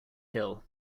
hill